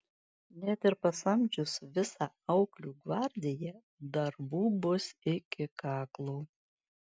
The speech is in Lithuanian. net ir pasamdžius visą auklių gvardiją darbų bus iki kaklo